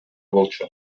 болчу